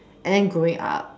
and then growing up